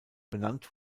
benannt